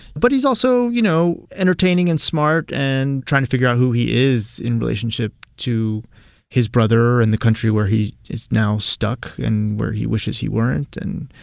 but he's also, you know, entertaining and smart and trying to figure out who he is in relationship to his brother and the country where he is now stuck and where he wishes he weren't. and,